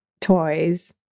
toys